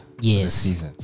Yes